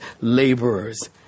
laborers